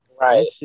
Right